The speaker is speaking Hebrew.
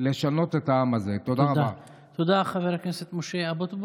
אתה לא צריך מיקרופון.